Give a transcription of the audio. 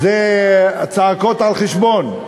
הצעקות על חשבון.